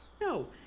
No